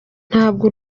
ntabwo